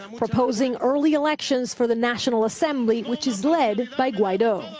um proposing early elections for the national assembly which is led by guaido.